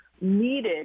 needed